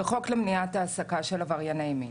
וחוק למניעת העסקה של עברייני מין.